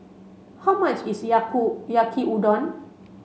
how much is Yaki Udon